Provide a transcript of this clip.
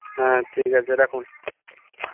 হ্যাঁ ঠিক আছে রাখুন